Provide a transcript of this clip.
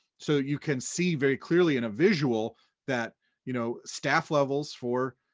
so you can see very clearly in a visual that you know staff levels for